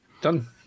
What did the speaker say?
Done